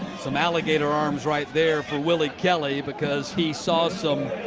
some alligator arms right there for willie kelley because he saw some